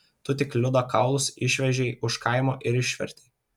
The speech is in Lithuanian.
tu tik liudo kaulus išvežei už kaimo ir išvertei